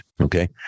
Okay